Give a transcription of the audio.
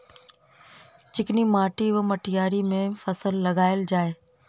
चिकनी माटि वा मटीयारी मे केँ फसल लगाएल जाए?